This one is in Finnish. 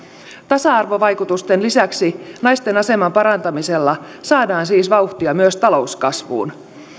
tasa arvovaikutusten lisäksi naisten aseman parantamisella saadaan siis vauhtia myös talouskasvuun